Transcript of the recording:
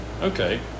Okay